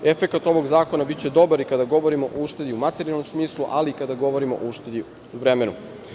Efekat ovog zakona biće dobar i kada govorimo o uštedi u materijalnom smislu, ali i kada govorimo o uštedi u vremenu.